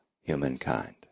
humankind